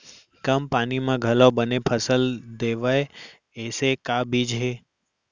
कम पानी मा घलव बने फसल देवय ऐसे का बीज हे?